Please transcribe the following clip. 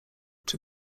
czy